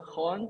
אני שמחה מאוד.